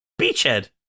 Beachhead